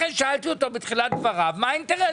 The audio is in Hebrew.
לכן שאלתי אותו בתחילת דבריו מה האינטרס